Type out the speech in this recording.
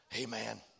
Amen